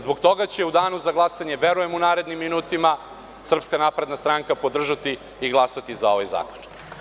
Zbog toga će u danu za glasanje, verujem u narednim minutima, Srpska napredna stranka podržati i glasati za ovaj zakon.